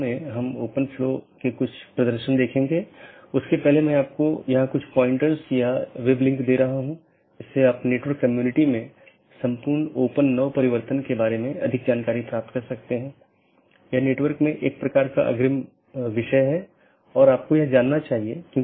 आज हमने जो चर्चा की है वह BGP रूटिंग प्रोटोकॉल की अलग अलग विशेषता यह कैसे परिभाषित किया जा सकता है कि कैसे पथ परिभाषित किया जाता है इत्यादि